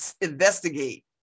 investigate